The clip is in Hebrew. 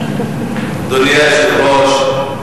אדוני היושב-ראש,